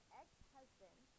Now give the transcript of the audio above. ex-husband